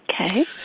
Okay